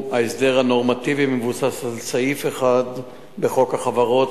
ההסדר הנורמטיבי מבוסס על סעיף אחד בחוק החברות,